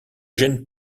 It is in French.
gênent